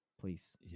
please